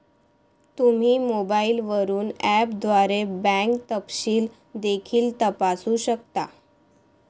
तुम्ही मोबाईलवरून ऍपद्वारे बँक तपशील देखील तपासू शकता